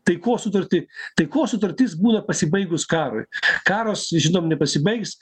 taikos sutartį taikos sutartis būna pasibaigus karui karas žinom nepasibaigs